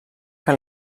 que